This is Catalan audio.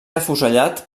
afusellat